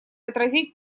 отразить